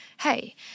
hey